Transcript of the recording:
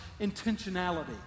intentionality